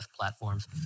platforms